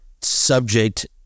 subject